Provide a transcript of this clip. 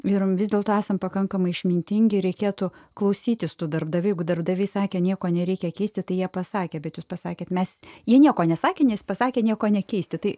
ir um vis dėlto esam pakankamai išmintingi reikėtų klausytis tų darbdavių darbdaviai sakė nieko nereikia keisti tai jie pasakė bet jūs pasakėte mes jie nieko nesakė nes pasakė nieko nekeisti tai